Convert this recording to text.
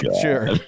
Sure